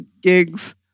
gigs